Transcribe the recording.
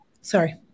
sorry